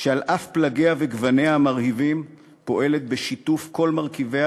שעל אף פלגיה וגווניה המרהיבים פועלת בשיתוף כל מרכיביה,